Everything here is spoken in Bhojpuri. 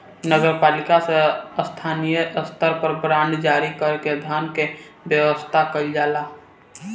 नगर पालिका से स्थानीय स्तर पर बांड जारी कर के धन के व्यवस्था कईल जाला